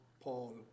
Paul